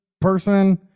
Person